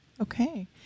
Okay